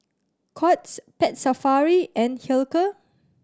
Courts Pet Safari and Hilker